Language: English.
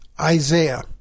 Isaiah